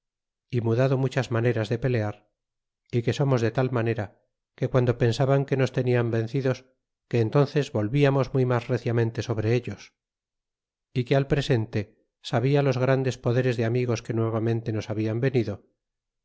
y mudado muchas maneras de pelear y que somos de tal manera que piando pensaban que nos tentar vencidos que entünces volviatuos muy mas reciamente sobre ellos y que al presente sabia los grandes poderes de amigos que nuevamente nos habian venido